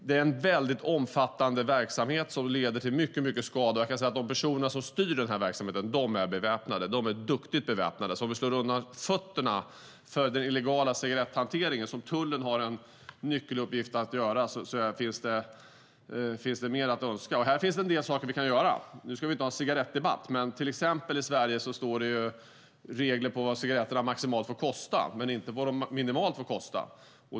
Det är en väldigt omfattande verksamhet som leder till mycket skada, och jag kan säga att de som styr den här verksamheten, de är beväpnade. De är duktigt beväpnade, så om vi slår undan fötterna för den illegala cigaretthanteringen vilket tullen har en nyckeluppgift i att göra, så finns det mer att vinna. Det finns en del saker vi kan göra. Nu ska vi inte ha någon cigarettdebatt, men i Sverige finns det till exempel regler för vad cigaretterna maximalt får kosta men inte vad de minimalt får kosta.